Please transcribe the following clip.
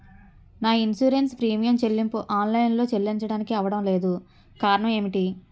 నా insurance premium చెల్లింపు online లో చెల్లించడానికి అవ్వడం లేదు కారణం ఏమిటి?